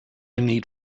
need